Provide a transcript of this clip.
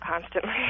constantly